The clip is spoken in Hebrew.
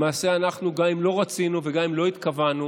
למעשה אנחנו, גם אם לא רצינו וגם אם לא התכוונו,